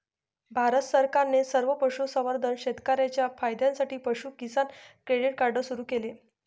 भारत सरकारने सर्व पशुसंवर्धन शेतकर्यांच्या फायद्यासाठी पशु किसान क्रेडिट कार्ड सुरू केले